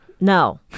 no